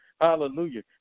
Hallelujah